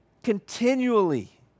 continually